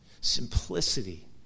Simplicity